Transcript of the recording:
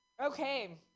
Okay